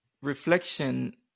reflection